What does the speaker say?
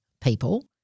people